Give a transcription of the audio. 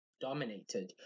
dominated